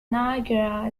niagara